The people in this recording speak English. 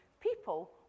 people